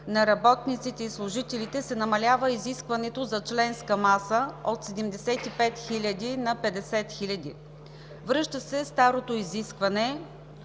на работниците и служителите се намалява изискването за членска маса от 75 хиляди на 50 хиляди. Връща се старото изискване,